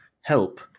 help